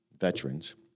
veterans